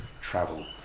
travel